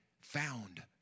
found